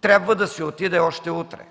трябва да си отиде още утре.